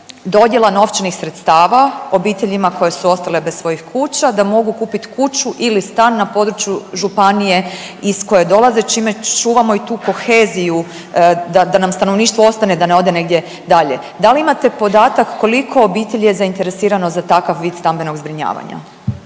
dodjela novčanih sredstava obiteljima koje su ostale bez svojih kuća da mogu kupit kuću ili stan na području županije iz koje dolaze čime čuvamo i tu koheziju da nam stanovništvo ostane da ne ode negdje dalje. Da li imate podatak koliko obitelji je zainteresirano za takav vid stambenog zbrinjavanja?